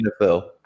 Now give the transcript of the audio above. NFL